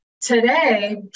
Today